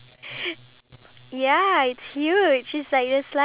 ya I I sterilised them all because